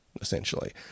essentially